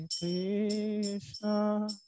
Krishna